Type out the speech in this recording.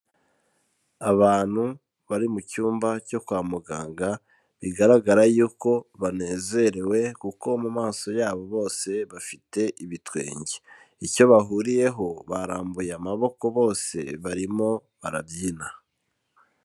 Abantu bari mu cyumba cyo kwa muganga, bigaragara yuko banezerewe kuko mu maso yabo bose bafite ibitwenge. Icyo bahuriyeho, barambuye amaboko bose, barimo barabyina.